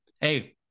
hey